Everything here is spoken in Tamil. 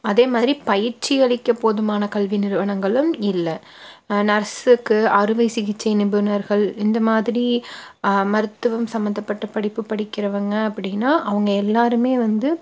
அதே மாதிரி பயிற்சி அளிக்க போதுமான கல்வி நிறுவனங்களும் இல்லை நர்ஸுக்கு அறுவை சிகிச்சை நிபுணர்கள் இந்த மாதிரி மருத்துவம் சம்மந்தப்பட்ட படிப்பு படிக்கிறவங்க அப்படின்னா அவங்க எல்லாரும் வந்து